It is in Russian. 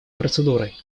процедурой